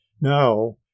Now